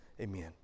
Amen